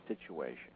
situation